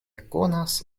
ekkonas